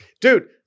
dude